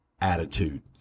attitude